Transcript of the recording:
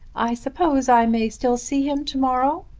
i suppose i may still see him to-morrow.